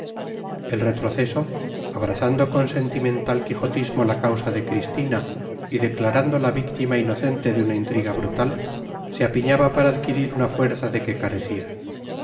el retroceso abrazando con sentimental quijotismo la causa de cristina y declarándola víctima inocente de una intriga brutal se apiñaba para adquirir una fuerza de que carecía